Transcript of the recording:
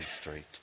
street